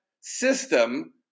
system